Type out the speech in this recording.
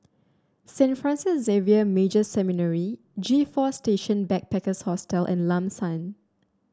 Saint Francis Xavier Major Seminary G Four Station Backpackers Hostel and Lam San